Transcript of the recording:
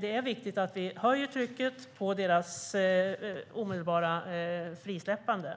Det är viktigt att vi höjer trycket för deras omedelbara frisläppande.